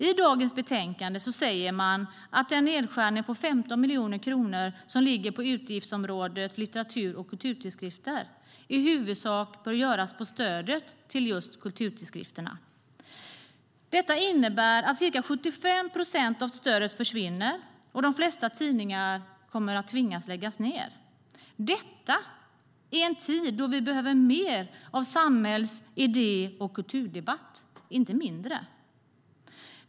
I dagens betänkande säger man att den nedskärning på 15 miljoner kronor som ligger på utgiftsområde Litteratur och kulturtidskrifter i huvudsak bör göras just på stödet till kulturtidskrifterna. Det innebär att ca 75 procent av stödet försvinner, och de flesta tidningar kommer att tvingas att lägga ned, och detta i en tid då vi behöver mer av samhälls, idé, och kulturdebatt, inte mindre.